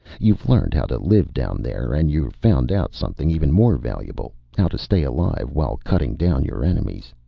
you've learned how to live down there, and you've found out something even more valuable how to stay alive while cutting down your enemies.